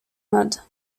mode